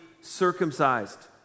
circumcised